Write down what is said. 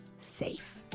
safe